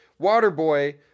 Waterboy